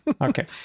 Okay